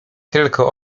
tylko